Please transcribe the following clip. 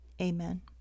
amen